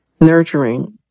nurturing